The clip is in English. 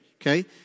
okay